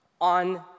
on